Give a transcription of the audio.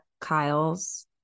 kyle's